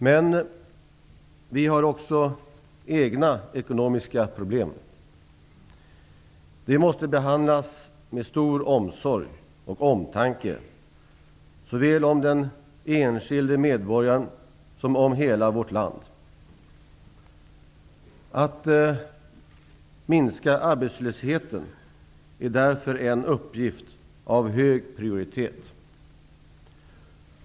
Men vi har också egna ekonomiska problem. De måste behandlas med stor omsorg och omtanke såväl om den enskilde medborgaren som om hela vårt land. Att minska arbetslösheten är därför en uppgift av hög prioritet.